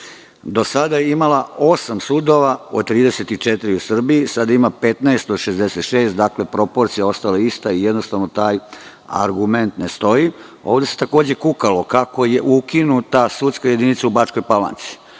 Do sada je imala osam sudova od 34 u Srbiji, a sada ima 15 od 66. Dakle, proporcija je ostala ista, jednostavno taj argument ne stoji. Ovde se takođe kukalo kako je ukinuta sudska jedinica u Bačkoj Palanci.